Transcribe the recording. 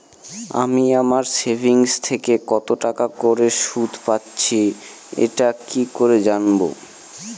আমি আমার সেভিংস থেকে কতটাকা করে সুদ পাচ্ছি এটা কি করে জানব?